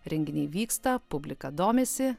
renginiai vyksta publika domisi